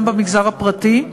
גם במגזר הפרטי,